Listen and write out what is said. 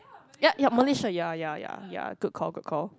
ya ya Malaysia ya ya ya ya good call good call